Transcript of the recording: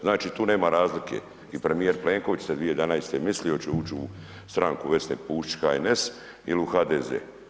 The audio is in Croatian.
Znači tu nema razlike i premjer Plenković se 2011. mislio hoću li ući u stranku Vesne Pusić i HNS ili u HDZ.